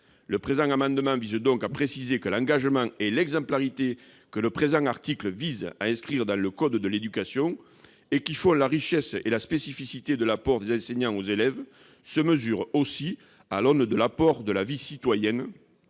Le présent amendement vise donc à préciser que l'engagement et l'exemplarité, que le présent article vise à inscrire dans le code de l'éducation, et qui font la richesse et la spécificité de l'apport des enseignants aux élèves, se mesurent aussi à l'aune de l'apport à la vie citoyenne